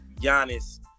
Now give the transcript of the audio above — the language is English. Giannis